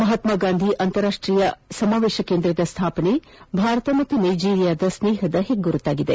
ಮಹಾತ್ಮ ಗಾಂಧಿ ಅಂತಾರಾಷ್ಟೀಯ ಸಮಾವೇಶ ಕೇಂದ್ರದ ಸ್ಲಾಪನೆ ಭಾರತ ಮತ್ತು ನೈಜಿರೀಯಾದ ಸ್ನೇಹದ ಹೆಗ್ಗುರುತಾಗಿದೆ